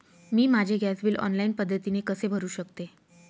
मी माझे gas bill online पद्धतीने कसे भरु शकते?